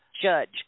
judge